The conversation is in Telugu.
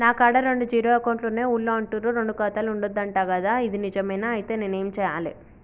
నా కాడా రెండు జీరో అకౌంట్లున్నాయి ఊళ్ళో అంటుర్రు రెండు ఖాతాలు ఉండద్దు అంట గదా ఇది నిజమేనా? ఐతే నేనేం చేయాలే?